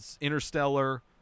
Interstellar